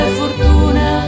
fortuna